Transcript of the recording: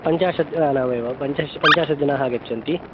पञ्चाशद् जनाः एव पञ्चा पञ्चाशत् जनाः आगच्छन्ति